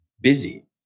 busy